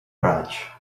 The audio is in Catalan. raig